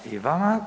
i vama.